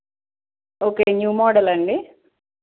okay new మోడలా అండి